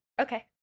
Okay